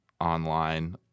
online